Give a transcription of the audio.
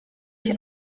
ich